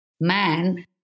man